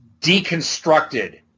deconstructed